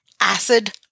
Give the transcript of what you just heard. Acid